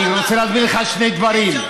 אני רוצה להסביר לך שני דברים.